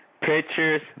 pictures